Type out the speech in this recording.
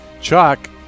Chuck